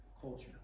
culture